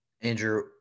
Andrew